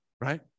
Right